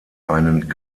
einen